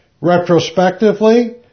Retrospectively